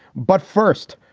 but first,